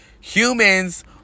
Humans